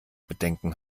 bedenken